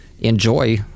enjoy